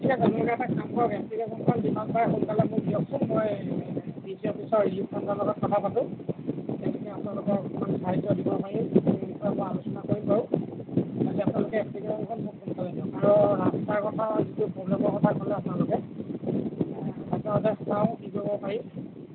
ঠিক আছে আপোনালোকে এটা কাম কৰক এপ্লিকেশ্যনখন যিমান পাৰে সোনকালে মোক দিয়কচোন মই ডি চি অফিচৰ ৰিলিফ ফাণ্ডৰ লগত কথা পাতোঁ কেনেকৈ আপোনালোকক অকমান সাহাৰ্য্য দিব পাৰি সেই বিষয়ে মই আলোচনা কৰিম বাৰু খালি আপোনালোকে এপ্লিকেশ্যনখন মোক সোনকালে দিয়ক আৰু ৰাস্তাৰ কথা যিটো প্ৰব্লেমৰ কথা ক'লে আপোনালোকে সদ্যহতে চাওঁ কি কৰিব পাৰি